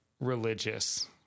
religious